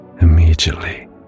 immediately